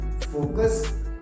focus